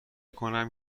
کنم